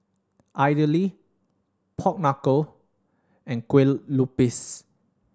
idly pork knuckle and Kueh Lupis